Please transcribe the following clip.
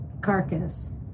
carcass